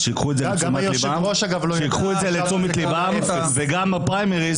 שייקחו לתשומת ליבם וגם שבפריימריז